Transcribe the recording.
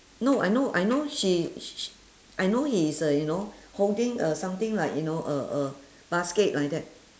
no I know I know she sh~ I know he is uh you know holding uh something like you know a a basket like that